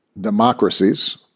democracies